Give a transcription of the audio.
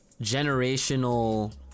generational